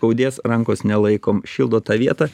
skaudės rankos nelaikom šildo tą vietą